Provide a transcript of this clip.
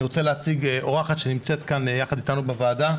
אני רוצה להציג אורחת שנמצאת כאן יחד אתנו בוועדה,